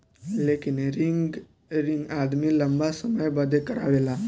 लेकिन रिकरिंग आदमी लंबा समय बदे करावेला